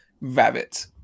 rabbit